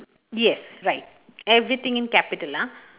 yes right everything in capital ah